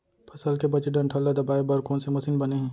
फसल के बचे डंठल ल दबाये बर कोन से मशीन बने हे?